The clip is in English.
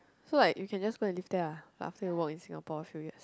so like you can just go and live there but after you work in Singapore a few years